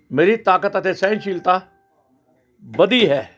ਮੇਰੀ ਤਾਕਤ ਅਤੇ ਸਹਿਣਸ਼ੀਲਤਾ ਵਧੀ ਹੈ